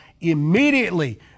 immediately